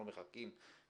אנחנו מחכים,